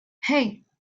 hey